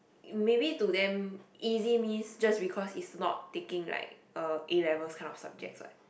maybe to them easy means just because it's not taking like uh A levels kind of subject what